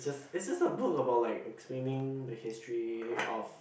just is just a book about like explaning the history of